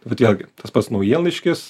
tai vat vėlgi tas pats naujienlaiškis